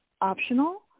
optional